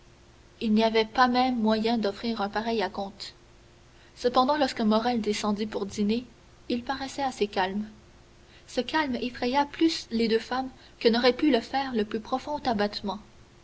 il n'y avait pas même moyen d'offrir un pareil acompte cependant lorsque morrel descendit pour dîner il paraissait assez calme ce calme effraya plus les deux femmes que n'aurait pu le faire le plus profond abattement